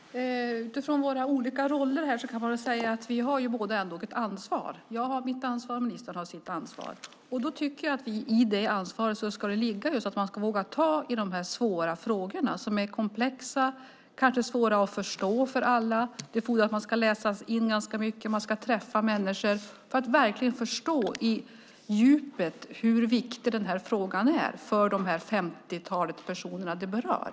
Herr talman! Utifrån våra olika roller kan vi ändå säga att vi båda har ett ansvar. Jag har mitt ansvar, och ministern har sitt ansvar. Jag tycker att det i det ansvaret ska ligga att man ska våga ta i de här svåra frågorna. De är komplexa och kanske inte så lätta att förstå för alla. Det fordras att man ska läsa in ganska mycket och träffa människor för att verkligen på djupet förstå hur viktig frågan är för det femtiotal personer den berör.